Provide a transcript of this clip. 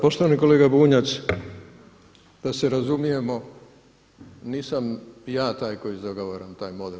Poštovani kolega Bunjac, da se razumijemo nisam ja taj koji zagovara taj model.